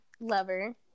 lover